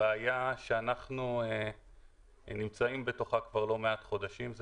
הבעיה שאנחנו נמצאים בתוכה כבר לא מעט חודשים היא